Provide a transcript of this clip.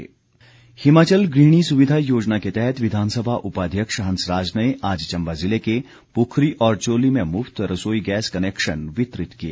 गृहिणी सुविधा हिमाचल गृहिणी सुविधा योजना के तहत विधानसभा उपाध्यक्ष हंसराज ने आज चम्बा जिले के पुखरी और चोली में मुफ्त रसोई गैस कनैक्शन वितरित किए